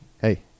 hey